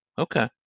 Okay